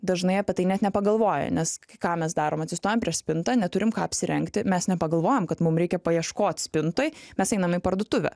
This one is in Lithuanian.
dažnai apie tai net nepagalvoja nes ką mes darom atsistojam prie spinta neturime ką apsirengti mes nepagalvojam kad mum reikia paieškot spintoj mes einam į parduotuvę